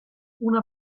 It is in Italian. una